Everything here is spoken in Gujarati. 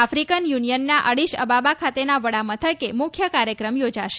આફ્રિકન યુનિયનના અડીશ અબાબા ખાતેના વડામથકે મુખ્ય કાર્યક્રમ યોજાશે